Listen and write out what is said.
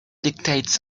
dictates